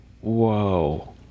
whoa